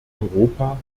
europa